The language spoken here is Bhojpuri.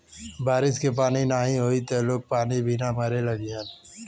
बारिश के पानी नाही होई त लोग पानी बिना मरे लगिहन